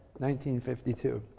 1952